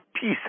peace